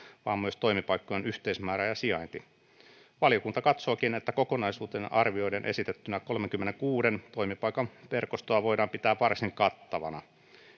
vaan myös toimipaikkojen yhteismäärä ja sijainti valiokunta katsookin että kokonaisuutena arvioiden esitettyä kolmenkymmenenkuuden toimipaikan verkostoa voidaan pitää varsin kattavana